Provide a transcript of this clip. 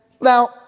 now